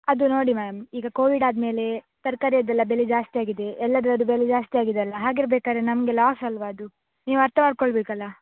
ಅದು ನೋಡಿ ಮ್ಯಾಮ್ ಈಗ ಕೋವಿಡ್ ಆದ ಮೇಲೆ ತರಕಾರಿಯದ್ದೆಲ್ಲ ಬೆಲೆ ಜಾಸ್ತಿ ಆಗಿದೆ ಎಲ್ಲದರದ್ದೂ ಬೆಲೆ ಜಾಸ್ತಿ ಆಗಿದೆಯಲ್ಲ ಹಾಗಿರ್ಬೇಕಾದ್ರೆ ನಮಗೆ ಲಾಸ್ ಅಲ್ಲವಾ ಅದು ನೀವು ಅರ್ಥ ಮಾಡಿಕೊಳ್ಬೇಕಲ್ಲ